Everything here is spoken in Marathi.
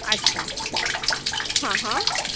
अच्छा हा हा